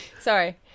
Sorry